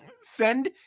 Send